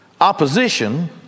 opposition